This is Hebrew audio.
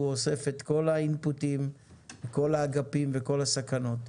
הוא אוסף את כל האינפוטים וכל האגפים וכל הסכנות.